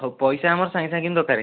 ହଉ ପଇସା ଆମର ସାଙ୍ଗେସାଙ୍ଗେ କିନ୍ତୁ ଦରକାର୍